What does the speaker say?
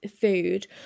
food